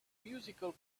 musical